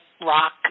rock